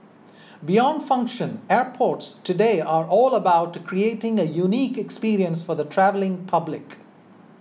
beyond function airports today are all about creating a unique experience for the travelling public